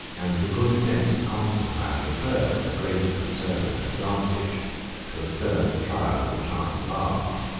and the good sense of constantine preferred a great and certain advantage to a third trial of the chance of arms.